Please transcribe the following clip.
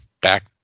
back